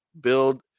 Build